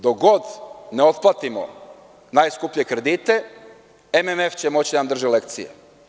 Dok god ne otplatimo najskuplje kredite, MMF će moći da nam drži lekcije.